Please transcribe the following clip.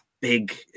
Big